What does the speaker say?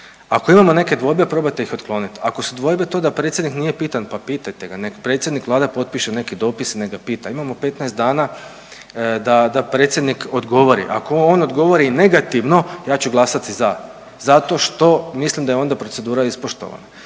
ako imamo neke dvojbe probajte ih otklonit, ako su dvojbe to da predsjednik nije pitan, pa pitajte ga, nek predsjednik Vlade potpiše neki dopis nek ga pita. Imamo 15 dana da predsjednik odgovori. Ako on odgovori negativno ja ću glasati za, zato što mislim da je onda procedura ispoštovana.